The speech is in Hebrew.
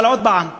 אבל עוד פעם,